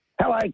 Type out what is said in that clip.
Hello